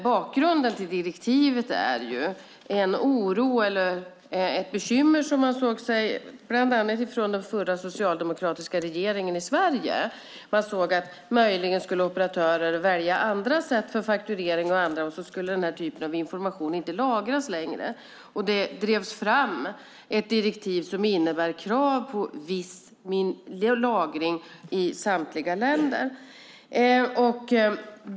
Bakgrunden till direktivet är en oro eller ett bekymmer som man såg bland annat från den förra socialdemokratiska regeringen i Sverige. Man såg att operatörer möjligen skulle välja andra sätt för fakturering och annat, och då skulle denna typ av information inte längre lagras. Det drevs fram ett direktiv som innebär krav på viss lagring i samtliga länder.